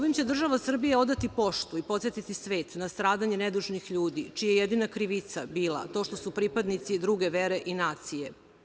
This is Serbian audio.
Ovim će država Srbija odati poštu i podsetiti svet na stradanje nedužnih ljudi, čija je jedina krivica bila to što su pripadnici druge vere i nacije.